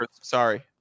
Sorry